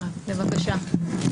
בבקשה.